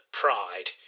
pride